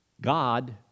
God